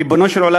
ריבונו של עולם,